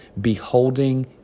beholding